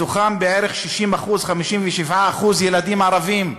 מתוכם בערך 60%, 57% ילדים ערבים,